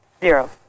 zero